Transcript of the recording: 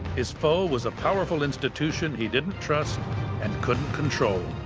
his foe was a powerful institution he didn't trust and couldn't control,